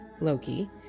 Loki